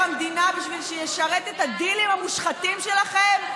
המדינה בשביל שישרת את הדילים המושחתים שלכם?